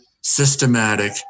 systematic